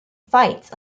fights